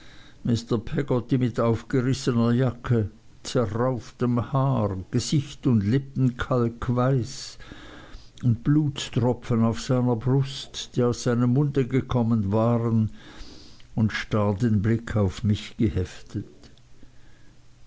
mr peggotty mit aufgerissener jacke zerrauftem haar gesicht und lippen kalkweiß und blutstropfen auf seiner brust die aus seinem munde gekommen waren und starr den blick auf mich geheftet